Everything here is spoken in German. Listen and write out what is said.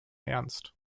ernst